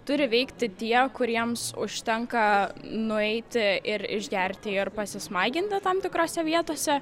turi veikti tie kuriems užtenka nueiti ir išgerti ir pasismaginti tam tikrose vietose